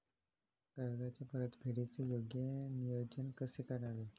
कर्जाच्या परतफेडीचे योग्य नियोजन कसे करावे?